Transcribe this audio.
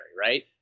right